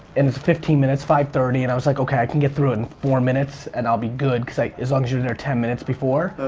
and it's fifteen minutes, five thirty and i was like, okay i can get through it in four minutes and i'll be good cause as long as you're there ten minutes before.